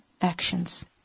actions